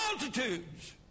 multitudes